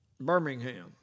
Birmingham